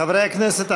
חברי הכנסת,